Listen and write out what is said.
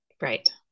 Right